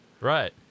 Right